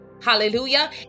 Hallelujah